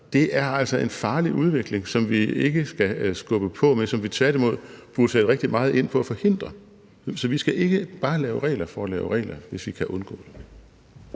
Det er altså en farlig udvikling, som vi ikke skal skubbe på med, men som vi tværtimod burde sætte rigtig meget ind på at forhindre. Så vi skal ikke bare lave regler for at lave regler, hvis vi kan undgå det.